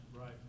Right